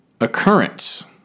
occurrence